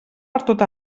pertot